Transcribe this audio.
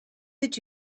that